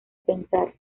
pensar